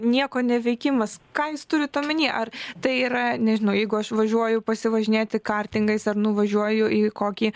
nieko neveikimas ką jūs turit omeny ar tai yra nežinau jeigu aš važiuoju pasivažinėti kartingais ar nuvažiuoju į kokį